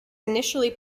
initially